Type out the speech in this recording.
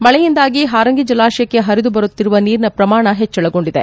ಮಳೆಯಿಂದಾಗಿ ಹಾರಂಗಿ ಜಲಾಶಯಕ್ಕೆ ಪರಿದುಬರುತ್ತಿರುವ ನೀರಿನ ಪ್ರಮಾಣ ಹೆಚ್ಚಳಗೊಂಡಿದೆ